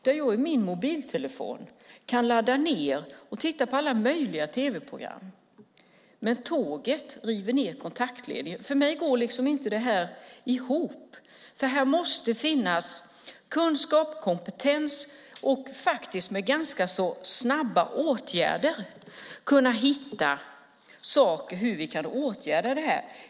Jag kan i min mobiltelefon ladda ned och titta på alla möjliga tv-program, men tåget river ned kontaktledningen. För mig går det här inte ihop. Här måste finnas kunskap och kompetens, så att man kan vidta snabba åtgärder.